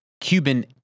Cuban